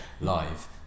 live